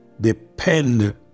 depend